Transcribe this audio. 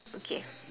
okay